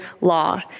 law